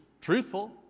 truthful